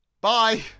Bye